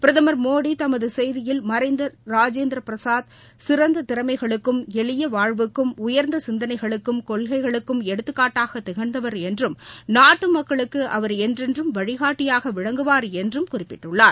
பிரதமர் மோடி தமது செய்தியில் மறைந்த ரஜேந்திர பிரசாத் சிறந்த திறமைகளுக்கும் எளிய வாழ்வுக்கும் உயர்ந்த சிந்தனைகளுக்கும் கொள்கைகளுக்கும் எடுத்துகாட்டாக திகழ்ந்தவர் என்று குறிப்பிட்டு நாட்டு மக்களுக்கு அவர் என்றென்றும் வழிகாட்டியாக விளங்குவார் என்று குறிப்பிட்டுள்ளார்